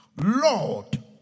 Lord